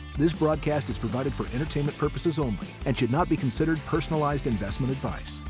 this broadcast is provided for entertainment purposes only and should not be considered personalized investment advice.